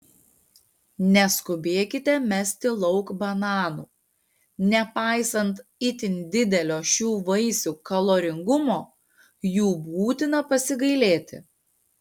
neskubėkite mesti lauk bananų nepaisant itin didelio šių vaisių kaloringumo jų būtina pasigailėti